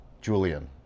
Julian